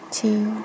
two